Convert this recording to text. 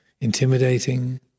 intimidating